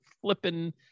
flipping